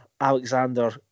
Alexander